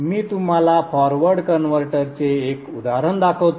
मी तुम्हाला फॉरवर्ड कन्व्हर्टरचे एक उदाहरण दाखवतो